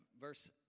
verse